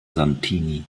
santini